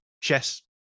chess